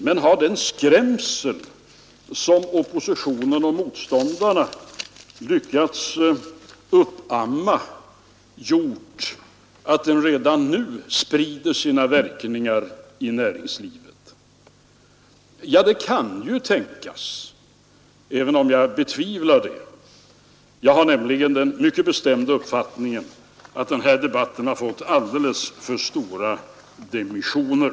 Men har den skrämsel som oppositionen och motståndarna lyckats uppamma gjort att den redan nu sprider sina verkningar i näringslivet? Ja, det kan ju tänkas, även om jag betvivlar det. Jag har nämligen den mycket bestämda uppfattningen att den här debatten har fått alldeles för stora dimensioner.